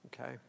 okay